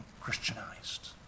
Christianized